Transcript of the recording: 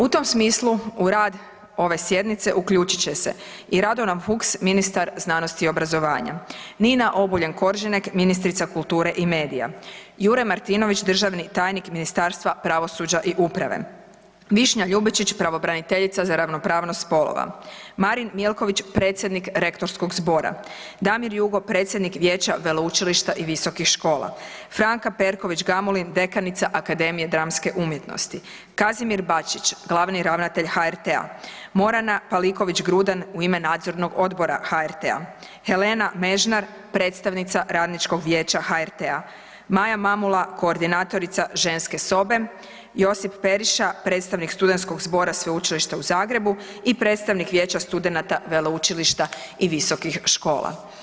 U tom smislu u rad ove sjednice uključit će se i Radovan Fuchs ministar znanosti i obrazovanja, Nina Obuljen Koržinek ministrica kulture i medija, Jure Martinović državni tajnik u Ministarstva pravosuđa i uprave, Višnja Ljubičić pravobraniteljica za ravnopravnost spolova, Marin Milković predsjednik rektorskog zbora, Damir Jugo predsjednik Vijeća veleučilišta i visokih škola, Franka Perković Gamulin dekanica Akademije dramske umjetnosti, Kazimir Bačić glavni ravnatelj HRT-a, Morana Paliković Grudan u ime Nadzornog odbora HRT-a, Helena Mežnar predstavnica Radničkog vijeća HRT-a, Maja Mamula koordinatorica Ženske sobe, Josip Periša predsjednik studentskog zbora Sveučilišta u Zagrebu i predstavnik vijeća studenata Veleučilišta i visokih škola.